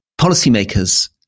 policymakers